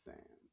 Sam